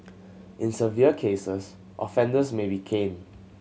in severe cases offenders may be caned